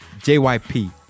JYP